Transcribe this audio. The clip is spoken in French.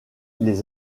les